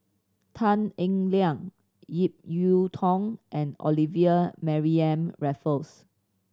Tan Eng Liang Ip Yiu Tung and Olivia Mariamne Raffles